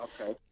Okay